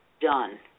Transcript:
done